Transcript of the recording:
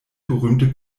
berühmte